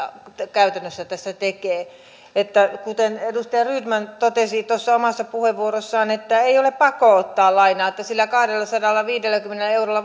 käytännössä tässä tekee kuten edustaja rydman totesi tuossa omassa puheenvuorossaan niin ei ole pakko ottaa lainaa että sillä kahdellasadallaviidelläkymmenellä eurolla